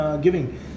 giving